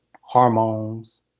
hormones